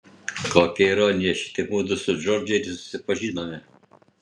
kokia ironija šitaip mudu su džordže ir susipažinome